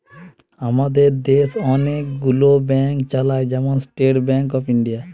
আমাদের দেশ অনেক গুলো ব্যাংক চালায়, যেমন স্টেট ব্যাংক অফ ইন্ডিয়া